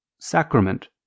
sacrament